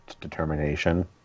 determination